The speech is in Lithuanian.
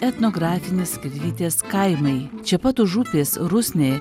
etnografinės skirvytės kaimai čia pat už upės rusnė